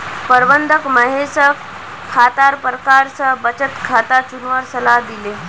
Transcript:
प्रबंधक महेश स खातार प्रकार स बचत खाता चुनवार सलाह दिले